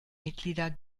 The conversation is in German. mitglieder